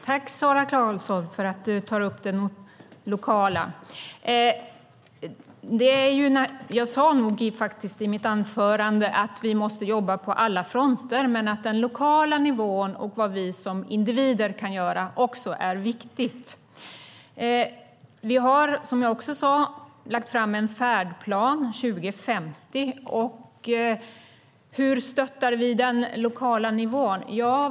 Herr talman! Tack för att du tog upp det lokala arbetet, Sara Karlsson! Jag sade nog i mitt anförande att vi måste jobba på alla fronter men att den lokala nivån och vad vi som individer kan göra också är viktigt. Som jag också sade har vi lagt fram en färdplan till 2050. Hur stöttar vi den lokala nivån?